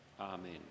Amen